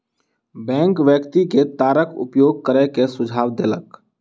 bank व्यक्ति के तारक उपयोग करै के सुझाव देलक